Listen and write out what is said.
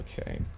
okay